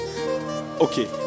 Okay